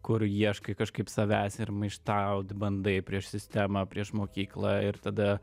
kur ieškai kažkaip savęs ir maištaut bandai prieš sistemą prieš mokyklą ir tada